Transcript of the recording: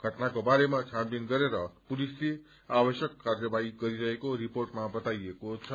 घटनाक्रे बारेमा छानबीन गरेर पुलिसले आवश्यक कार्यवाही गरिरहेको रिपोर्टमा बताइएको छ